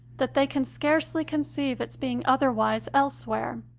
that they can scarcely conceive its being otherwise elsewhere.